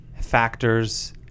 factors